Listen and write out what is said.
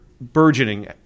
burgeoning